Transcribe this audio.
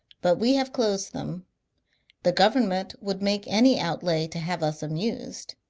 but we have closed them the government would make any out lay to have us amused.